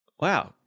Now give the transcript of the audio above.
Wow